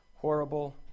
horrible